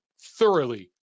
thoroughly